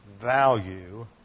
value